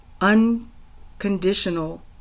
unconditional